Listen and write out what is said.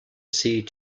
sea